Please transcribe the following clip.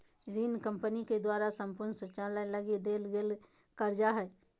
ऋण कम्पनी के द्वारा सम्पूर्ण संचालन लगी देल गेल कर्जा हइ